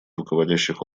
руководящих